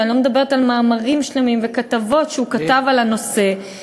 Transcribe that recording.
ואני לא מדברת על מאמרים שלמים וכתבות שהוא כתב על הנושא.